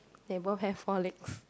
they both have four legs